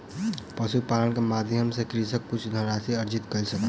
पशुपालन के माध्यम सॅ कृषक किछ धनराशि अर्जित कय सकल